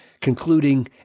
concluding